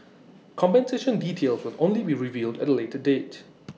compensation details will only be revealed at later date